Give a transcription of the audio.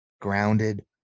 grounded